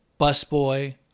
busboy